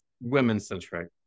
women-centric